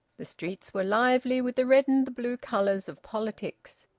the streets were lively with the red and the blue colours of politics.